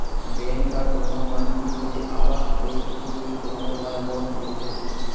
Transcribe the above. bank ह कोनो मनखे के आवक देखके ही कोनो ल लोन देथे